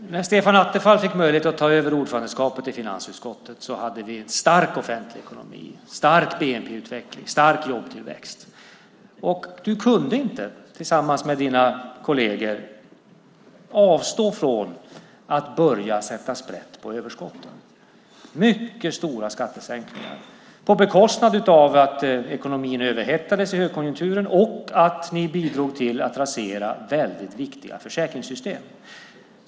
Fru talman! När Stefan Attefall fick möjlighet att ta över ordförandeskapet i finansutskottet hade vi en stark offentlig ekonomi, en stark bnp-utveckling och en stark jobbtillväxt. Och du, tillsammans med dina kolleger, kunde inte avstå från att börja sätta sprätt på överskotten genom mycket stora skattesänkningar, på bekostnad av att ekonomin överhettades i högkonjunkturen och att ni bidrog till att rasera väldigt viktiga försäkringssystem.